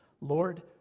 Lord